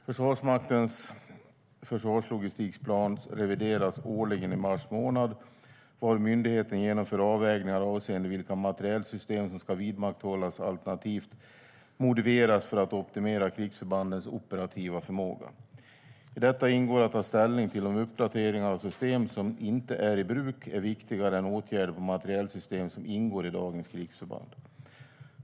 Försvarsmaktens försvarslogistikplan revideras årligen i mars månad varvid myndigheten genomför avvägningar avseende vilka materielsystem som ska vidmakthållas alternativt modifieras för att optimera krigsförbandens operativa förmåga. I detta ingår att ta ställning till om uppdateringar av system som inte är i bruk är viktigare än åtgärder på materielsystem som ingår i dagens krigsförband.